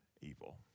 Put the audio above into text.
evil